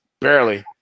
barely